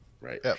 Right